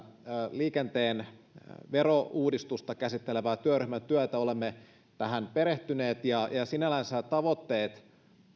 liikenteen verouudistusta käsittelevää työryhmätyötä että olemme tähän perehtyneet ja sinällänsä tavoitteet